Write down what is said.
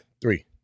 Three